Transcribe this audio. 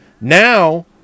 Now